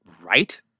right